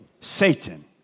Satan